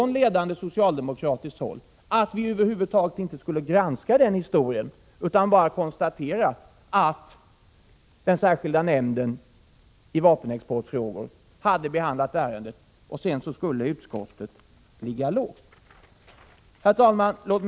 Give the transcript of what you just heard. Man ville att vi över huvud taget inte skulle granska denna historia utan bara konstatera att den särskilda nämnden i vapenexportfrågor hade behandlat ärendet, och sedan skulle utskottet ligga lågt. Herr talman!